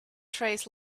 trays